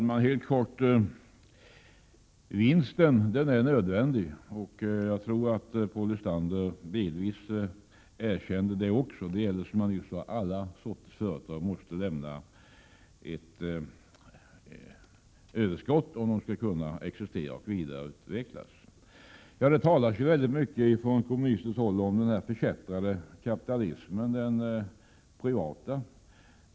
Herr talman! Vinsten är nödvändig. Jag tror att Paul Lestander delvis erkänner det också. Som han nyss sade måste alla sorters företag lämna ett överskott, om de skall kunna existera och vidareutvecklas. Det talas mycket från kommunistiskt håll om den förkättrade privata kapitalismen.